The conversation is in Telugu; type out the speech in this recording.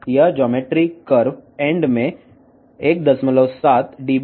ఈ జ్యామితి కర్వ్ ఎండ్ వద్ద 1